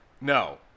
No